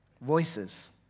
voices